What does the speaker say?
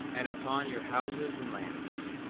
and upon your houses and lands,